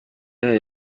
yayo